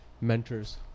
mentors